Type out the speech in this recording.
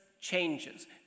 changes